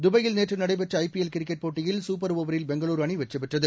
தபாயில் நேற்று நடைபெற்ற ஐபிஎல் கிரிக்கெட் போட்டியில் சூப்பர் ஓவரில் பெங்களூரு அணி மும்பை அணியை வென்றது